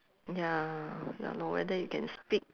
ya ya lor whether you can speak